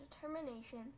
determination